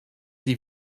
die